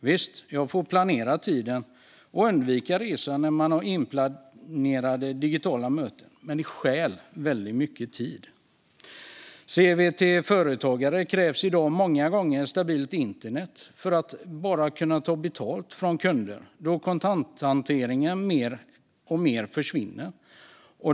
Visst, jag får planera tiden och undvika att resa när jag har inplanerade digitala möten, men det stjäl mycket tid. För företagare krävs i dag många gånger stabilt internet bara för att kunna ta betalt av kunder, då kontanthanteringen mer och mer försvinner.